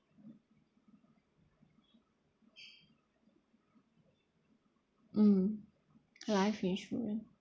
mm life insurance